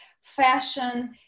fashion